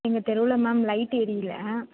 எங்கள் தெருவில் மேம் லைட் எரியலை